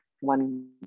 one